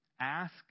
Ask